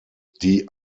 die